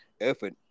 effort